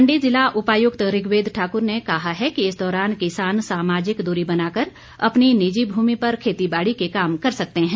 मण्डी ज़िला उपायुक्त ऋग्वेद ठाकुर ने कहा है कि इस दौरान किसान सामाजिक दूरी बनाकर अपनी निजी भूमि पर खेतीबाड़ी के काम कर सकते हैं